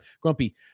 Grumpy